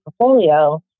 portfolio